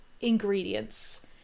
ingredients